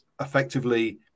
Effectively